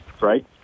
right